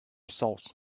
souls